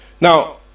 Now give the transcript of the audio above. Now